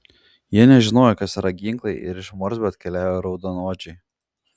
jie nežinojo kas yra ginklai ir iš morsbio atkeliavę raudonodžiai